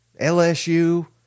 LSU